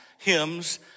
hymns